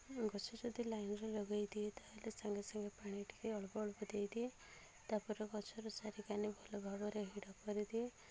ଗଛ ଯଦି ଲାଇନ୍ରେ ଲଗାଇ ଦିଏ ତା'ହେଲେ ସାଙ୍ଗେ ସାଙ୍ଗେ ପାଣି ଟିକେ ଅଳ୍ପ ଅଳ୍ପ ଦେଇଦିଏ ତା'ପରେ ଗଛର ସାରିକାନି ଭଲ ଭାବରେ ହିଡ଼ କରିଦିଏ